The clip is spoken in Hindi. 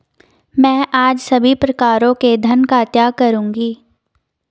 मैं आज सभी प्रकारों के धन का त्याग करूंगा